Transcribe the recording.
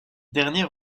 dernière